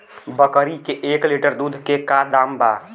बकरी के एक लीटर दूध के का दाम बा?